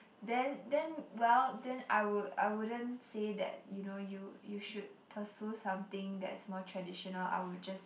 then then well then I would I wouldn't say that you know you you should pursue something that's more traditional I would just